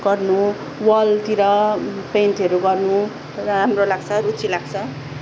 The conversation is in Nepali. गर्नु वालतिर पेन्टहरू गर्नु राम्रो लाग्छ रूचि लाग्छ